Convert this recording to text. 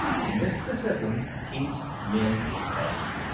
mysticism keeps men sane.